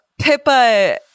pippa